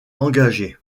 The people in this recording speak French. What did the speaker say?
engagé